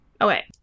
Okay